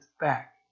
back